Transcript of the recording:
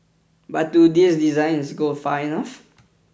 but do these designs go far enough